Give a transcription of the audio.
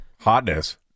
hotness